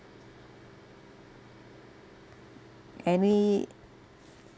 any